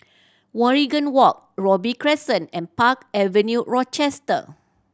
Waringin Walk Robey Crescent and Park Avenue Rochester